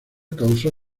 causó